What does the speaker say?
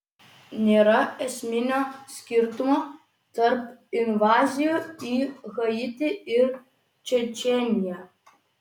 nėra esminio skirtumo tarp invazijų į haitį ir čečėniją